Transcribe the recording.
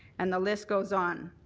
and the list goes on.